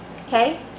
Okay